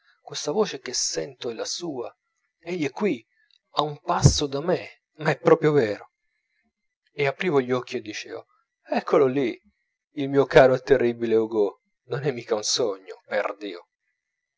questa voce che sento è la sua egli è qui a un passo da me ma è proprio vero e aprivo gli occhi e dicevo eccolo lì il mio caro e terribile hugo non è mica un sogno per dio